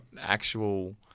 actual